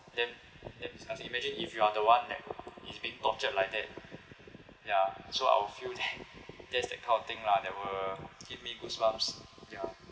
damn damn disgusting imagine if you are the one that is being tortured like that ya so I would feel that that's that kind of thing lah that will give me goosebumps ya